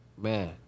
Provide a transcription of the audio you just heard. Man